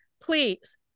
please